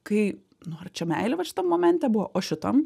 kai nu ar čia meilė vat šitam momente buvo o šitam